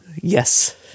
Yes